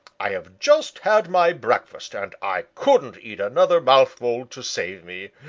i have just had my breakfast and i couldn't eat another mouthful to save me,